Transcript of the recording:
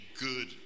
good